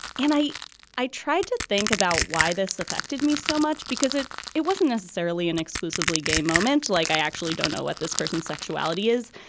and i i tried to think about why this affected me so much, because it it wasn't necessarily an exclusively gay moment. like, i actually don't know what this person's sexuality is,